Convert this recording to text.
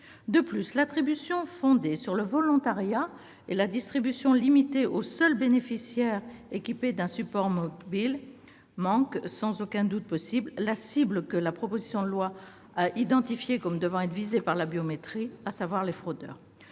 De plus, l'attribution fondée sur le volontariat et la distribution limitée aux seuls bénéficiaires équipés d'un support mobile nous feraient, sans aucun doute possible, manquer la cible que notre proposition de loi a identifiée comme devant être visée par la biométrie, à savoir les fraudeurs.